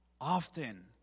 often